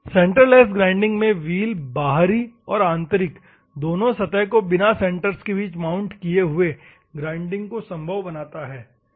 centreless grinding में wheel बाहरी और आंतरिक दोनों सतहों को बिना सेंटर्स के बीच माउंट किए ग्राइंडिंग को संभव बनाता है ठीक है